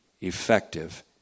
effective